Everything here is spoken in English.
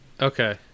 Okay